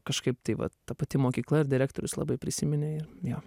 kažkaip tai vat ta pati mokykla ir direktorius labai prisiminė ir jo